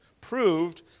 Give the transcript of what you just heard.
proved